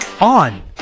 on